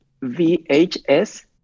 VHS